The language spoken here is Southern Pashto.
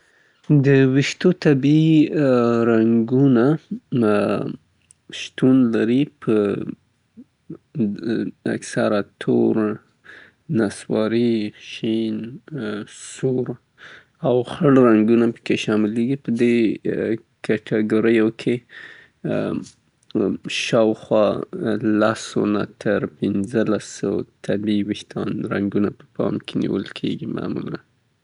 د ویښتانو رنګونه ډیر زیات دي او مختلف دي په شمول د تور، نصواري، شین، سور، خړ، او اکثره دېکې دوی ته څې مختلف سیوری ورکیي ورته، څې کیدای سي مختلف انواوې یې په نظر کې ونیول سي؛ خو معمولاً له لسو نه تر پنځه لسو پورې وجود لري.